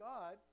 God